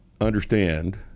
understand